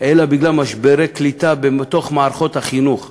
אלא בגלל משברי קליטה במערכות החינוך.